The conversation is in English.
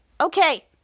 okay